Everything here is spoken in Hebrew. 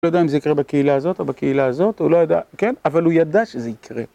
הוא לא ידע אם זה יקרה בקהילה הזאת או בקהילה הזאת, הוא לא ידע, כן? אבל הוא ידע שזה יקרה.